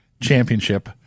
Championship